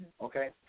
Okay